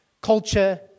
culture